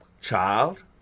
Child